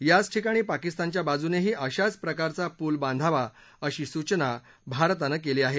याच ठिकाणी पाकिस्तानच्या बाजूनेही अशाच प्रकारचा पूल बांधावा अशी सूचना भारतानं केली आहे